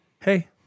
hey